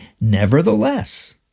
nevertheless